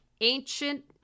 ancient